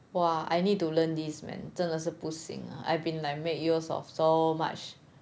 !wah! I need to learn this man 真的是不行了 I've been like made use of so much